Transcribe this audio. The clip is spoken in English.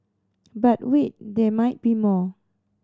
but wait there might be more